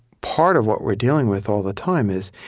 part of what we're dealing with all the time is,